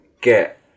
get